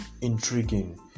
intriguing